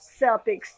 Celtics